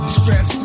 stress